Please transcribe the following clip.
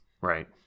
right